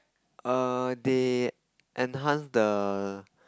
err they enhanced the